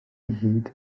hid